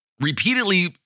repeatedly